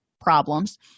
problems